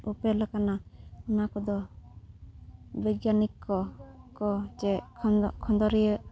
ᱩᱯᱮᱞ ᱟᱠᱟᱱᱟ ᱚᱱᱟ ᱠᱚᱫᱚ ᱵᱳᱭᱜᱟᱱᱤᱠ ᱠᱚ ᱪᱮᱫ